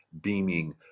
beaming